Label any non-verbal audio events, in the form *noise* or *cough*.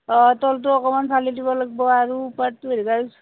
অঁ তলটো অকণমান ফালি দিব লাগিব আৰু ওপৰটো *unintelligible*